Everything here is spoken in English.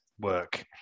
work